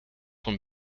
von